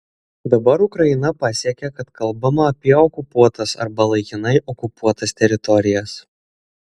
dabar ukraina pasiekė kad kalbama apie okupuotas arba laikinai okupuotas teritorijas